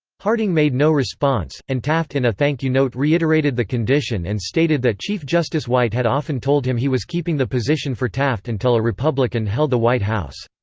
harding made no response, and taft in a thank-you note reiterated the condition and stated that chief justice white had often told him he was keeping the position for taft until a republican held the white house.